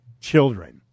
children